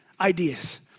ideas